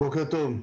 בוקר טוב.